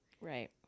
right